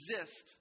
exist